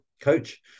coach